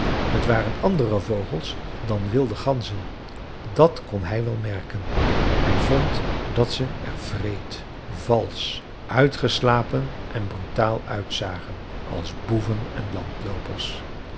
t waren andere vogels dan wilde ganzen dàt kon hij wel merken hij vond dat ze er wreed valsch uitgeslapen en brutaal uitzagen als boeven en